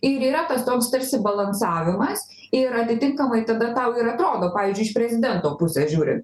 ir yra tas toks tarsi balansavimas ir atitinkamai tada tau ir atrodo pavyzdžiui iš prezidento pusės žiūrint